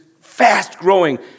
fast-growing